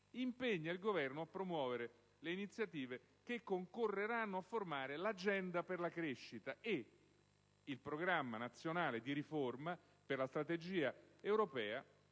impegna il Governo a promuovere le iniziative che concorreranno a formare l'agenda per la crescita e il programma nazionale di riforma per la strategia europea